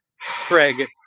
Craig